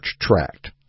Tract